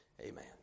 Amen